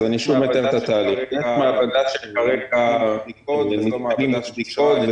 יש מעבדה שכרגע מתקיימים בה בדיקות.